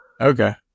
Okay